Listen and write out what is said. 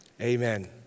Amen